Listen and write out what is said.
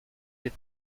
des